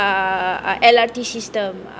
uh L_R_T system ah